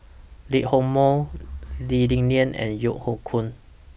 Lee Hock Moh Lee Li Lian and Yeo Hoe Koon